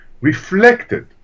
reflected